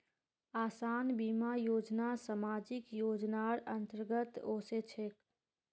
आसान बीमा योजना सामाजिक योजनार अंतर्गत ओसे छेक